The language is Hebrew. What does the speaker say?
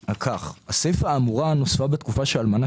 הסיפא האמורה נוספה "בתקופה שאלמנה